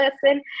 person